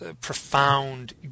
profound